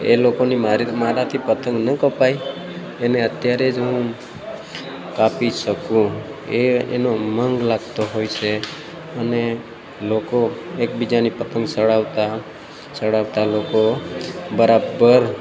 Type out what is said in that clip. એ લોકોની મારે મારાથી પતંગ ન કપાય અને અત્યારે જ હું કાપી શકું એ એનો ઉમંગ લાગતો હોય છે અને લોકો એકબીજાની પતંગ ચડાવતા ચડાવતા લોકો બરાબર